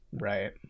Right